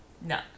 No